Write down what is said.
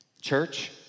Church